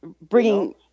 Bringing